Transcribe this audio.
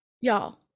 Y'all